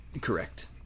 Correct